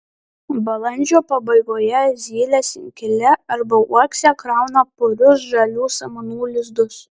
balandžio pabaigoje zylės inkile arba uokse krauna purius žalių samanų lizdus